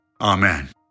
Amen